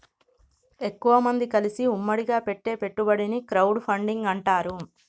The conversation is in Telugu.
ఎక్కువమంది కలిసి ఉమ్మడిగా పెట్టే పెట్టుబడిని క్రౌడ్ ఫండింగ్ అంటారు